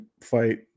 fight